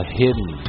hidden